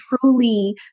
truly